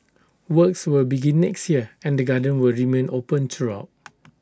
works will begin next year and the garden will remain open throughout